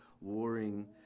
warring